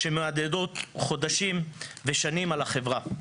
שמהדהדות חודשים ושנים על החברה.